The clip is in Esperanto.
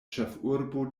ĉefurbo